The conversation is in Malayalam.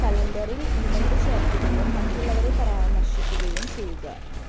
കലണ്ടറിൽ ഇവൻറ് ചേർക്കുകയും മറ്റുള്ളവരെ പരാമർശിക്കുകയും ചെയ്യുക